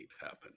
happen